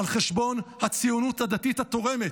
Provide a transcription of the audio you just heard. על חשבון הציונות הדתית התורמת,